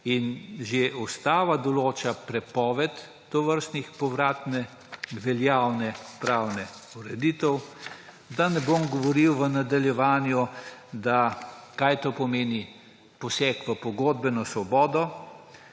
In že ustava določa prepoved tovrstne povratno veljavne pravne ureditve. Da ne bom govoril v nadaljevanju, kaj pomeni poseg v pogodbeno svobodo,